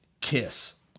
Kiss